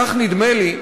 כך נדמה לי,